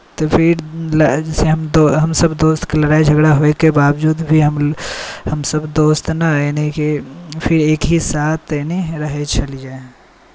तऽ फेर हम सब दोस्तके लड़ाइ झगड़ा होइके बावजूद हमसब दोस्त ने एनाहिए कि फेर एकहि साथ एनाहिए रहै छलिए